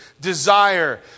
desire